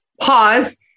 Pause